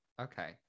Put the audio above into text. okay